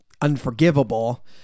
unforgivable